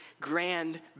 grand